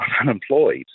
unemployed